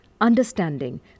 understanding